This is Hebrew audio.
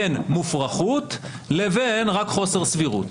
בין מופרכות לבין רק חוסר סבירות.